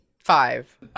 Five